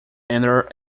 enter